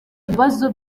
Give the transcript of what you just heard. ibibazo